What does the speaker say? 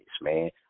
man